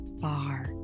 far